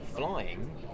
Flying